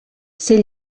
ser